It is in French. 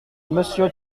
monsieur